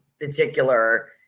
particular